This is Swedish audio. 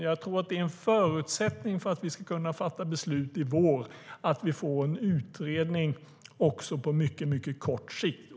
Jag tror att det är en förutsättning för att vi ska kunna fatta beslut i vår att vi får en utredning också på mycket kort sikt.